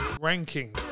Ranking